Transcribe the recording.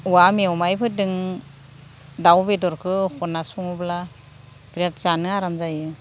औवा मेवाइफोरजों दाउ बेदरखौ होना सङोब्ला बिरात जानो आराम जायो